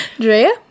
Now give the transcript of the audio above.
Drea